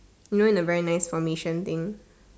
you know in a very nice formation thing